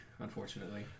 Unfortunately